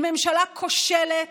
היא ממשלה כושלת.